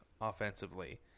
Offensively